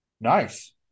Nice